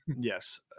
Yes